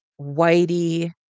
Whitey